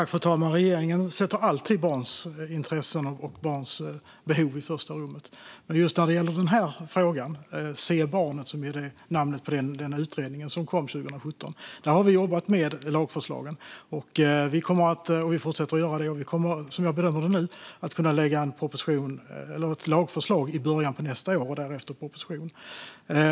Fru talman! Regeringen sätter alltid barns intressen och barns behov i första rummet. När det gäller Se barnet! , den utredning som kom 2017, har vi jobbat med lagförslagen, och vi fortsätter att göra det. Vi kommer, som jag bedömer det nu, att kunna lägga fram lagförslag i början av nästa år och därefter en proposition.